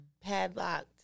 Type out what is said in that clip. padlocked